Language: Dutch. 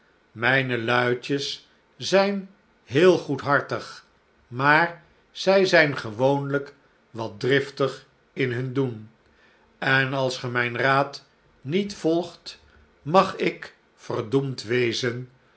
mijne luidjes zijn heel goedhartig maar zij zijn gewoonlijk wat driftig in hun doen en als ge mijn raad niet volgt magik verd d wezen